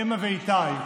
אמה ואיתי,